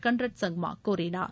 Conrad Sangma கூறினார்